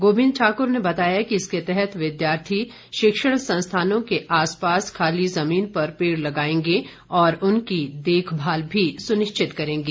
गोविंद ठाकुर ने बताया कि इसके तहत विद्यार्थी शिक्षण संस्थानों के आसपास खाली जमीन पर पेड़ लगाएंगे और उनकी देखभाल भी सुनिश्चित करेंगे